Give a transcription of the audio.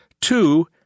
Two